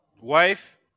Wife